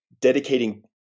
dedicating